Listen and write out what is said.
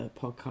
podcast